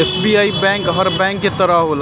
SBI bank हर bank के तरह होला